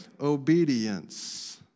obedience